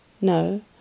No